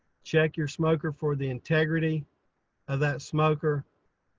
check your smoker for the integrity of that smoker.